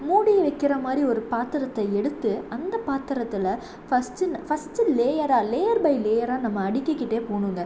மூடி வைக்கிற மாதிரி ஒரு பாத்திரத்தை எடுத்து அந்த பாத்திரத்தில் ஃபஸ்ட்டு ஃபஸ்ட்டு லேயராக லேயர் பை லேயராக நம்ம அடுக்கிக்கிட்டே போகணுங்க